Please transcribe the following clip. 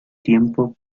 tiempo